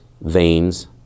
veins